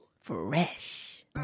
Fresh